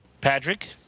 Patrick